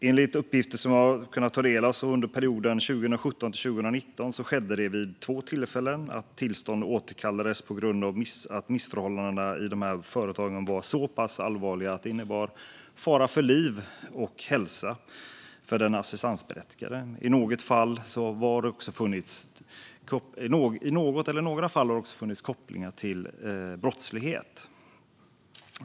Enligt uppgifter som jag kunnat ta del av skedde det vid två tillfällen under perioden 2017-2019 att tillstånd återkallades på grund av missförhållanden i företagen som var så pass allvarliga att det innebar fara för liv och hälsa för den assistansberättigade. I något eller några fall har det även funnits kopplingar till brottslighet.